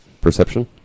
Perception